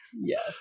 yes